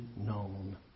known